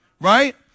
Right